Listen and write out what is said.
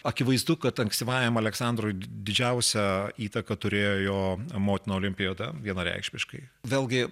akivaizdu kad ankstyvajam aleksandrui didžiausią įtaką turėjo jo motina olimpiada vienareikšmiškai vėlgi